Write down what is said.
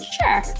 Sure